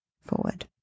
forward